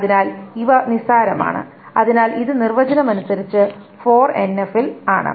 അതിനാൽ ഇവ നിസ്സാരമാണ് അതിനാൽ ഇത് നിർവചനം അനുസരിച്ച് 4NF ൽ ആണ്